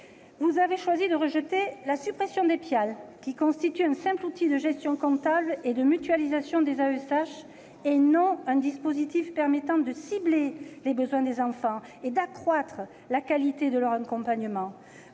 Vous avez ainsi choisi de rejeter la suppression des PIAL, qui constituent un simple outil de gestion comptable et de mutualisation des AESH, et non un dispositif permettant de cibler les besoins des enfants et d'accroître la qualité de leur accompagnement.